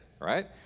right